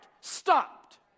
stopped